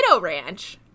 ranch